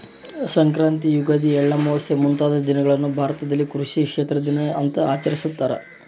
ಸಂಕ್ರಾಂತಿ ಯುಗಾದಿ ಎಳ್ಳಮಾವಾಸೆ ಮುಂತಾದ ದಿನಗಳನ್ನು ಭಾರತದಲ್ಲಿ ಕೃಷಿ ಕ್ಷೇತ್ರ ದಿನ ಅಂತ ಆಚರಿಸ್ತಾರ